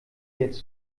jetzt